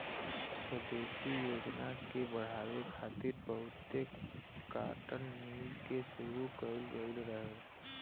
स्वदेशी योजना के बढ़ावे खातिर बहुते काटन मिल के शुरू कइल गइल रहे